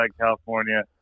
California